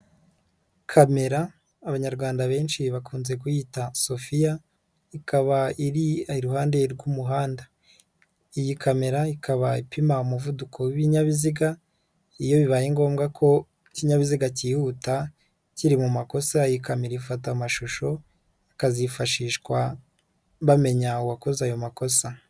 Kamera abanyarwanda benshi bakunze kuyita sophia, ikaba iri iruhande rw'umuhanda. Iyi kamera ikaba ipima umuvuduko w'ibinyabiziga, iyo bibaye ngombwa ko ikinyabiziga cyihuta kiri mu makosa iyi kamera ifata amashusho, akazifashishwa bamenya uwakoze ayo makosa.